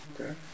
Okay